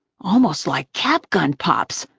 almost like cap gun pops,